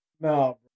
no